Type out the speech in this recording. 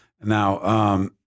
now